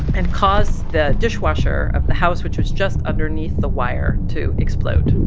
and caused the dishwasher of the house, which was just underneath the wire, to explode